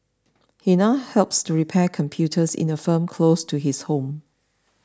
he now helps to repair computers in a firm close to his home